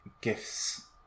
gifts